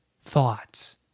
thoughts